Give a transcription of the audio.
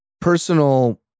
personal